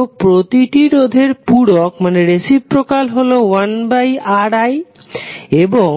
তো প্রতিটি রোধের পুরক হলো 1Ri এবং